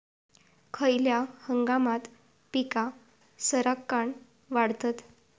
खयल्या हंगामात पीका सरक्कान वाढतत?